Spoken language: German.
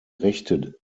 rechte